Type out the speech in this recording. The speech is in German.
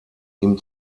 ihm